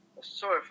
sorry